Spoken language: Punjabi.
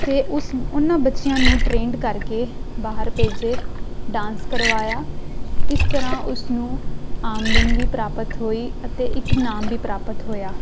ਅਤੇ ਉਸ ਉਹਨਾਂ ਬੱਚਿਆਂ ਨੂੰ ਟ੍ਰੇਨਡ ਕਰਕੇ ਬਾਹਰ ਭੇਜੇ ਡਾਂਸ ਕਰਵਾਇਆ ਇਸ ਤਰ੍ਹਾਂ ਉਸਨੂੰ ਆਮਦਨ ਵੀ ਪ੍ਰਾਪਤ ਹੋਈ ਅਤੇ ਇੱਕ ਨਾਮ ਵੀ ਪ੍ਰਾਪਤ ਹੋਇਆ